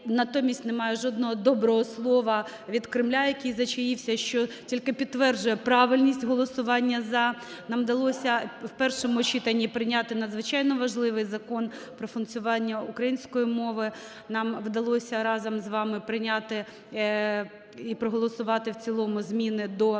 натомість немає жодного доброго слова від Кремля, який зачаївся, що тільки підтверджує правильність голосування "за". Нам вдалося в першому читанні прийняти надзвичайно важливий Закон про функціонування української мови, нам вдалося разом з вами прийняти і проголосувати в цілому зміни до